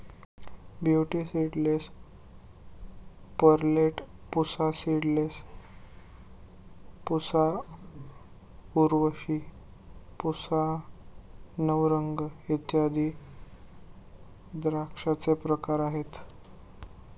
beauty seedless, Perlette, Pusa seedless, Pusa Urvashi, Pusa Navrang इत्यादी द्राक्षांचे प्रकार आहेत